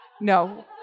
no